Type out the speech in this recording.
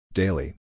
daily